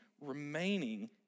remaining